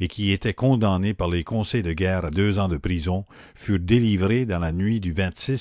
et qui étaient condamnés par les conseils de guerre à deux ans de prison furent délivrés dans la nuit du